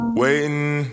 waiting